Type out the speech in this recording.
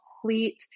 complete